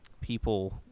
people